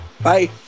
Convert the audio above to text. Bye